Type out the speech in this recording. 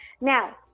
now